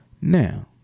Now